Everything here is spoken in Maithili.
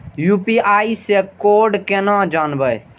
यू.पी.आई से कोड केना जानवै?